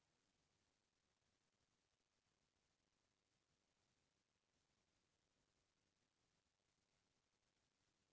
बेवसायिक बेंक के सबले बड़का बूता लोगन मन ल बेपार बेवसाय करे खातिर करजा देना होथे